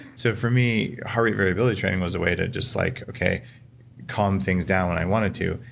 so, for me heart rate variability training was a way to just like, okay calm things down when i wanted to,